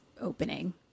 opening